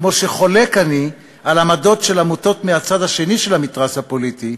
כמו שחולק אני על עמדות של עמותות מהצד השני של המתרס הפוליטי,